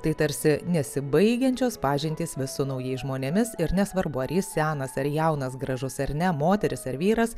tai tarsi nesibaigiančios pažintys vis su naujais žmonėmis ir nesvarbu ar jis senas ar jaunas gražus ar ne moteris ar vyras